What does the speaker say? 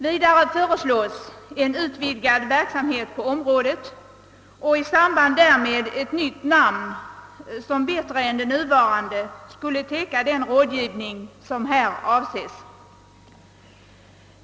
Vidare föreslås en utvidgning av verksamheten på området och i samband därmed ett nytt namn som bättre än det nuvarande skulle täcka den rådgivning som här avses.